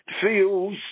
feels